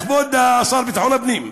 כבוד השר לביטחון פנים,